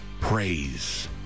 praise